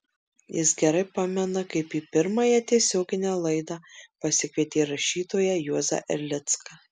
jis gerai pamena kaip į pirmąją tiesioginę laidą pasikvietė rašytoją juozą erlicką